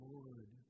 Lord